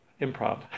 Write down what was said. improv